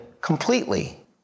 completely